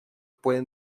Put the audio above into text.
pueden